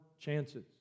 chances